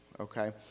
okay